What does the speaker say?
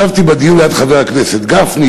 ישבתי בדיון ליד חבר הכנסת גפני,